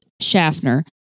Schaffner